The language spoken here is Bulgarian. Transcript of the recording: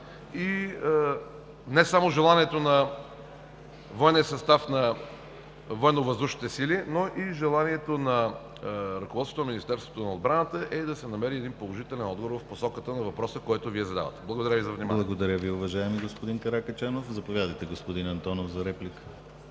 и не само желанието на военния състав на Военновъздушните сили, но и желанието на ръководството на Министерството на отбраната е да се намери един положителен отговор в посоката на въпроса, който Вие задавате. Благодаря Ви за вниманието. ПРЕДСЕДАТЕЛ ДИМИТЪР ГЛАВЧЕВ: Благодаря Ви, уважаеми господин Каракачанов. Заповядайте, господин Антонов – за реплика.